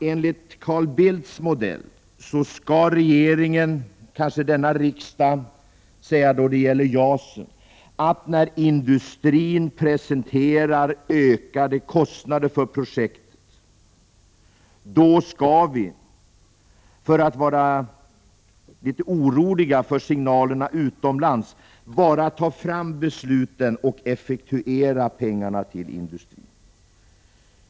Enligt Carl Bildts modell skall regeringen — och kanske denna riksdag — när industrin presenterar ökade kostnader för JAS-projektet, vara litet orolig för signalerna utomlands och därför bara fatta besluten och effektuera pengarna till industrin.